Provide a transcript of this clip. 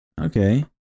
Okay